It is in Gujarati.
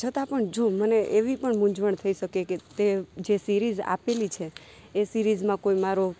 છતાં પણ જો મને એવી પણ મુંઝવણ થઈ શકે કે તે જે સિરીઝ આપેલી છે એ સિરીઝમાં કોઈ મારો